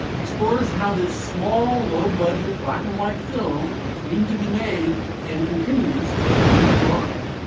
explores how this small, low budget, black and white film came to be made and continues to loom large